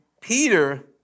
Peter